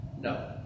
No